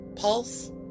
pulse